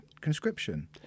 conscription